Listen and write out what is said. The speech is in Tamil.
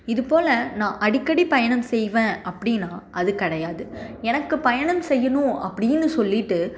இது போல் நான் அடிக்கடி பயணம் செய்வேன் அப்படின்னா அது கிடையாது எனக்கு பயணம் செய்யணும் அப்படின்னு சொல்லிவிட்டு